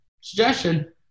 suggestion